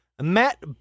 Matt